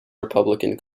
republican